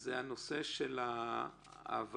זה הנושא של העבר